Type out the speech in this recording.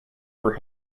for